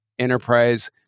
enterprise